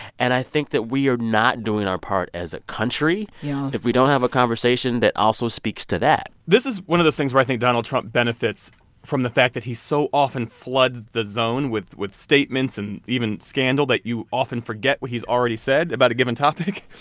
and i think that we're not doing our part as a country yeah if we don't have a conversation that also speaks to that this is one of those things where i think donald trump benefits from the fact that he so often floods the zone with with statements and even scandal, that you often forget what he's already said about a given topic.